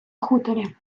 хуторі